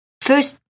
first